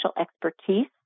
expertise